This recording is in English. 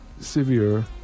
severe